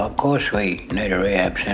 ah course we need a rehab